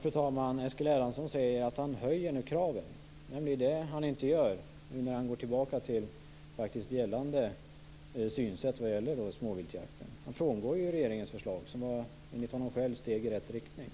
Fru talman! Eskil Erlandsson säger här att han nu höjer kraven men det är vad han inte gör nu när han går tillbaka till gällande synsätt vad gäller småviltjakten. Han frångår ju regeringens förslag som enligt honom själv är steg i rätt riktning.